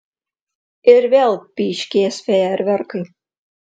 ir vėl pyškės fejerverkai